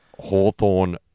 Hawthorne